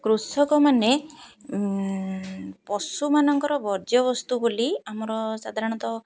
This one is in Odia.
କୃଷକମାନେ ପଶୁମାନଙ୍କର ବର୍ଜ୍ୟବସ୍ତୁ ବୋଲି ଆମର ସାଧାରଣତଃ